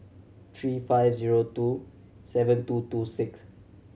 three five zero two seven two two six